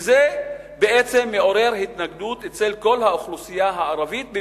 וזה בעצם מעורר התנגדות אצל כל האוכלוסייה הערבית,